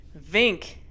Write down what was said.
Vink